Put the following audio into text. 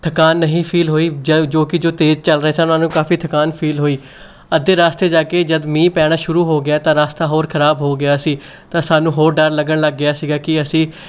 ਥਕਾਨ ਨਹੀਂ ਫੀਲ ਹੋਈ ਜ ਜੋ ਕਿ ਜੋ ਤੇਜ਼ ਚੱਲ ਰਹੇ ਸਨ ਉਹਨਾਂ ਨੂੰ ਕਾਫੀ ਥਕਾਨ ਫੀਲ ਹੋਈ ਅਤੇ ਰਸਤੇ ਜਾ ਕੇ ਜਦੋਂ ਮੀਂਹ ਪੈਣਾ ਸ਼ੁਰੂ ਹੋ ਗਿਆ ਤਾਂ ਰਸਤਾ ਹੋਰ ਖਰਾਬ ਹੋ ਗਿਆ ਸੀ ਤਾਂ ਸਾਨੂੰ ਹੋਰ ਡਰ ਲੱਗਣ ਲੱਗ ਗਿਆ ਸੀ ਕਿ ਅਸੀਂ